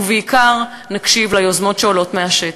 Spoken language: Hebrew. ובעיקר נקשיב ליוזמות שעולות מהשטח.